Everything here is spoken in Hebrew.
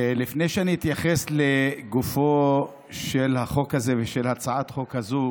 לפני שאני אתייחס לגופו של החוק הזה ושל הצעת החוק הזו